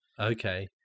Okay